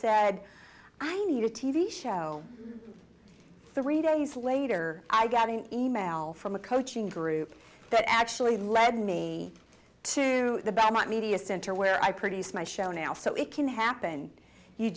said i need a t v show three days later i got an e mail from a coaching group that actually led me to the bat media center where i produced my show now so it can happen you